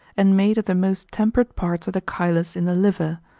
and made of the most temperate parts of the chylus in the liver,